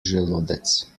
želodec